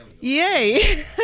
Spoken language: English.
Yay